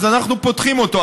אנחנו פותחים אותו.